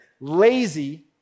lazy